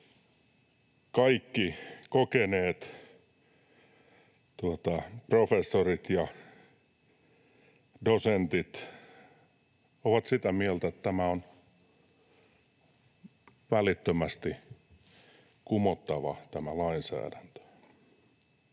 kaikki kokeneet professorit ja dosentit ovat sitä mieltä, että on välittömästi kumottava tämä lainsäädäntö.